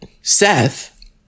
Seth